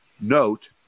note